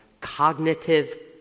cognitive